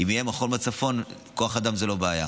אם יהיה מכון בצפון, כוח אדם הוא לא הבעיה.